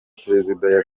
perezida